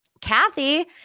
Kathy